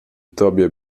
tobie